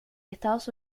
estados